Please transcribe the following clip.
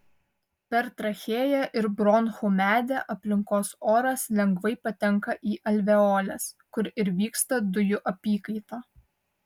per trachėją ir bronchų medį aplinkos oras lengvai patenka į alveoles kur ir vyksta dujų apykaita